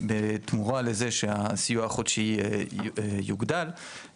בתמורה לזה שהסיוע החודשי יוגדל,